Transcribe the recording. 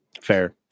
Fair